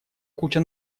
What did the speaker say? куча